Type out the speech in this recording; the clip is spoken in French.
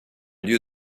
lieu